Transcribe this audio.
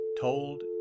told